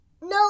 no